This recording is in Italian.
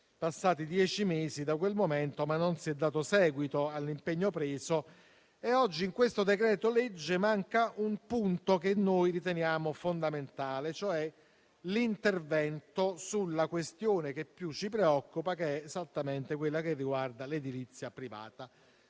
passati dieci mesi da quel momento, ma purtroppo non si è dato seguito all'impegno preso. Oggi, in questo decreto-legge, manca un punto che noi riteniamo fondamentale, e cioè l'intervento sulla questione che più ci preoccupa, che è esattamente quella che riguarda l'edilizia privata.